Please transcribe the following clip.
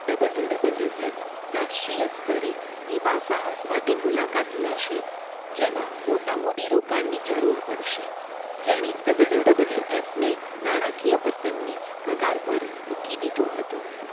W W F રાષ્ટ્રીય સ્તરે એવાં સાહસ માટે મુલાકાત લેશે જેમાં મોટા મૂડી રોકાણની જરૂર પડશે જેણે ડબલ્યુ ડબલ્યુ એફને નાણાકીય પતનની કગાર પર મૂકી દીધું હતું